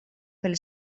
pel